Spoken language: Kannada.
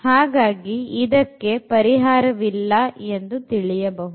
ಹಾಗಾಗಿ ಇದಕ್ಕೆ ಪರಿಹಾರವಿಲ್ಲ ಎಂದು ತಿಳಿಯಬಹುದು